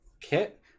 kit